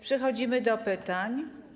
Przechodzimy do pytań.